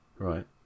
Right